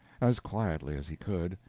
as quietly as he could,